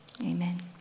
amen